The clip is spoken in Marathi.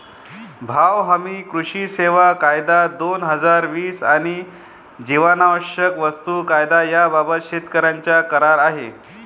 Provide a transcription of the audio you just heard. भाव हमी, कृषी सेवा कायदा, दोन हजार वीस आणि जीवनावश्यक वस्तू कायदा याबाबत शेतकऱ्यांचा करार आहे